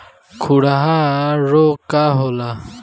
खुरहा रोग का होला?